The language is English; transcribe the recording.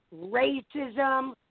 Racism